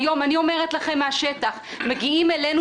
מגיעים אלינו